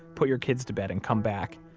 put your kids to bed and come back.